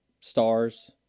stars